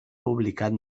publicat